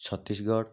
Chhattisgarh